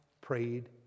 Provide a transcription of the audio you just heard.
prayed